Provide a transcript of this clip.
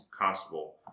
constable